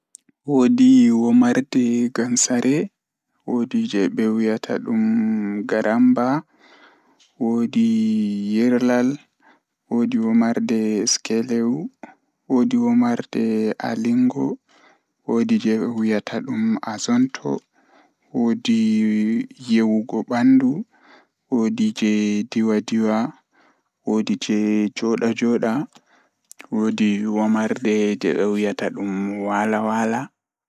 Woodi jei be wiyata dum hottollo, woodi ɓeɗon wada be rooba, woodi ɓeɗon naftira leda, ɓeɗon naftira be nylon, woodi wooɗi, woodi silk.